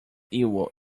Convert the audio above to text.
eel